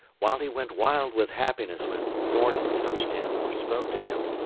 while he went wild with happiness when thornton touched him or spoke to him,